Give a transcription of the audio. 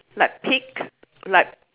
like pig like